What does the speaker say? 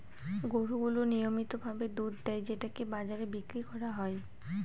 গরু গুলো নিয়মিত ভাবে দুধ দেয় যেটাকে বাজারে বিক্রি করা হয়